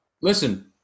Listen